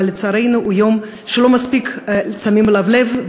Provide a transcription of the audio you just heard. אבל לצערנו הוא יום שלא מספיק שמים אליו לב,